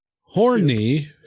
Horny